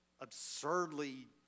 absurdly